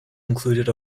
included